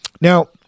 Now